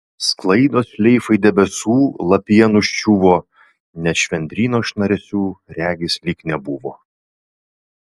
sklaidos šleifai debesų lapija nuščiuvo net švendryno šnaresių regis lyg nebuvo